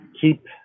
keep